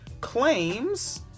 claims